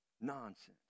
nonsense